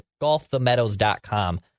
golfthemeadows.com